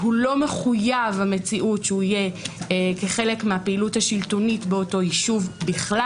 לא מחויב המציאות שהוא יהיה כחלק מהפעילות השלטונית באותו יישוב בכלל.